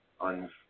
on